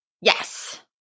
Yes